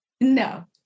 No